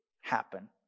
happen